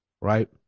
right